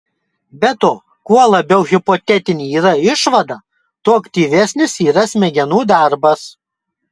be to kuo labiau hipotetinė yra išvada tuo aktyvesnis yra smegenų darbas